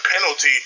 penalty